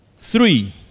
Three